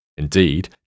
Indeed